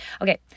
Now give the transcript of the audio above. Okay